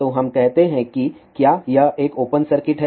तो हम कहते हैं कि क्या यह एक ओपन सर्किट है